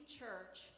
church